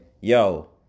yo